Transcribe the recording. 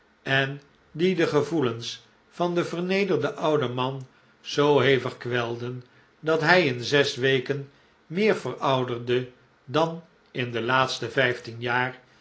en die de gevoelens van den vernederden ouden man zoo hevig kwelden dat hij in zes weken meer verouderde dan in de laatste vijftien jaar